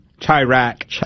Chirac